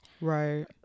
right